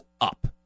up